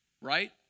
right